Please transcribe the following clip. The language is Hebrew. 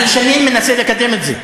אני שנים מנסה לקדם את זה,